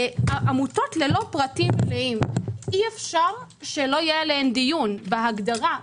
עמותות ללא פרטים מלאים אי-אפשר שלא יהיה עליהן דיון בהגדרה,